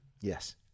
Yes